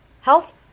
health